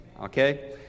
okay